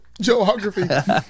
Geography